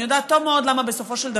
אני יודעת טוב מאוד למה, בסופו של דבר,